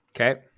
Okay